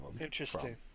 Interesting